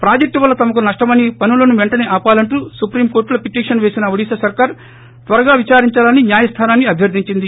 project వల్ల తమకు నష్టమని పనులను వెంటనే ఆపాలంటూ సుప్రీం కోర్లులో పిటిషన్ వేసిన ఒడిశా సర్కార్ త్వరగా విదారిందాలని న్యాయస్థానాన్ని అభ్యర్థించింది